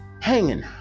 hanging